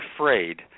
afraid –